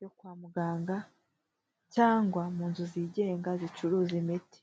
yo kwa muganga cyangwa mu nzu zigenga zicuruza imiti.